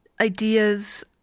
ideas